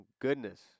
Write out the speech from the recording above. goodness